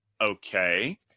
Okay